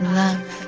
love